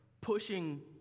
pushing